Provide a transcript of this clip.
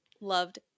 loved